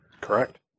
Correct